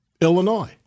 Illinois